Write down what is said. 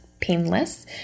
painless